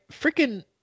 freaking